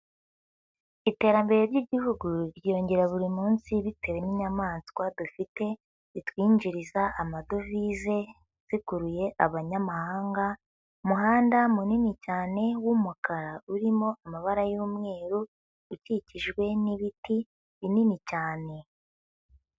Iterambere ry'igihugu ryiyongera buri munsi, bitewe n'inyamaswa dufite zitwinjiriza amadovize, zikuruye abanyamahanga, umuhanda munini cyane w'umukara, urimo amabara y'umweru, ukikijwe n'ibiti binini cyane.